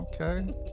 Okay